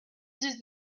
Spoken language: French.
dix